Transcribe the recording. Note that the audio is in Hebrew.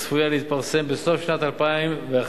הצפויה להתפרסם בסוף שנת 2011,